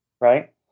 right